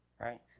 right